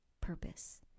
purpose